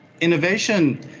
Innovation